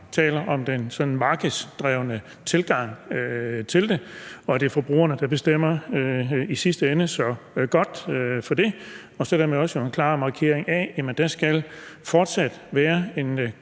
taler om den sådan markedsdrevne tilgang til det, og at det er forbrugerne, der bestemmer i sidste ende. Så det er godt. Så er der også en klar markering af, at der fortsat skal være en